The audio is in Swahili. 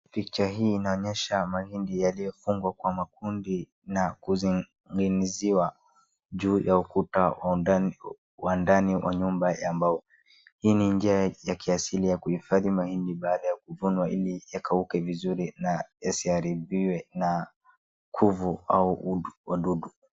Picha hii inaonyesha mahindi yaliyofungwa kwa makundi na kuzi nginiziwa juu ya ukuta wa ndani wa nyumba ya mbao. Hii ni njia ya kiasili ya kuhifadhi mahindi baada ya kuvuna ili yakauke vizuri na yasi haribiwe na kuvu au wadudu.